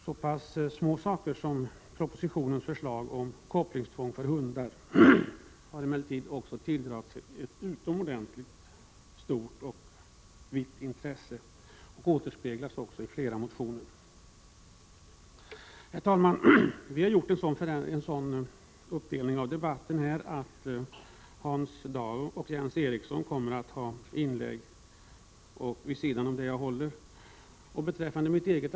Så pass små saker som propositionens förslag om kopplingstvånget för hundar har emellertid tilldragit sig ett utomordentligt stort och vitt intresse, och det återspeglas också i flera motioner. Herr talman! Vi har gjort en uppdelning av debatten här, och Hans Dau och Jens Eriksson kommer att hålla anföranden vid sidan av mitt.